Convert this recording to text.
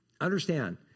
Understand